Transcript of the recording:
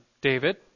David